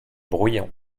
bruyant